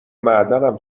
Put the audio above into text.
معدنم